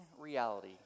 reality